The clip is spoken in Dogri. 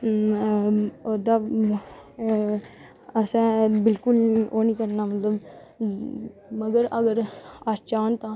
ओह्दा असें बिलकुल ओह् निं करना मतलब